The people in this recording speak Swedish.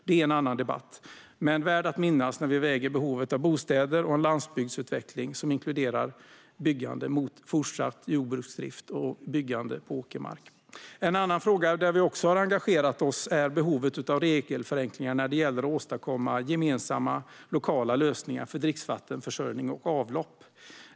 Detta är en annan debatt, men den är värd att minnas när vi väger behovet av bostäder och en landsbygdsutveckling som inkluderar byggande mot fortsatt jordbruksdrift och byggande på åkermark. En annan fråga där vi också har engagerat oss är behovet av regelförenklingar när det gäller gemensamma lokala lösningar för dricksvattenförsörjning och avlopp.